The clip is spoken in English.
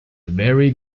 very